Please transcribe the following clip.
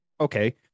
okay